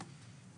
בנושא.